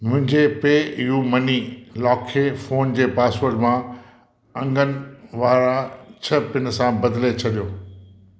मुंहिंजे PayU money lock खे phone जे पासवर्ड मां अङनि वारा छह पिन सां बदिले छॾियो